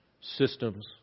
systems